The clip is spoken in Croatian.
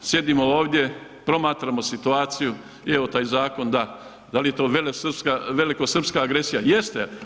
A mi sjedimo ovdje, promatramo situaciju i evo taj zakon, da, da li je to velikosrpska agresija, jeste.